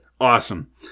Awesome